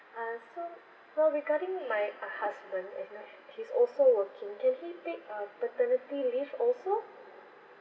uh so well regarding my uh husband he's also working can he take uh paternity leave also